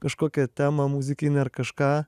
kažkokią temą muzikinę ar kažką